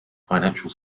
financial